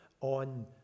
on